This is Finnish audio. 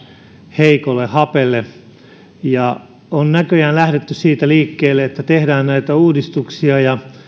heikolle hapelle on näköjään lähdetty siitä liikkeelle että tehdään näitä uudistuksia ja